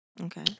okay